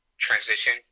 transition